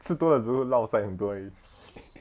吃多 liao 只是 lao sai 很多而已